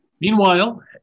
Meanwhile